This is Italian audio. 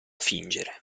fingere